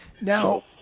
Now